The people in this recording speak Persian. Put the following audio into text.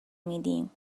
میدیم